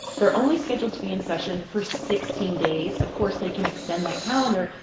they're only scheduled to be in session for sixteen days. of course, they can extend that calendar.